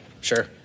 Sure